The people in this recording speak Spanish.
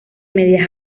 media